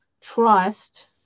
trust